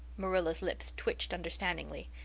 marilla's lips twitched understandingly.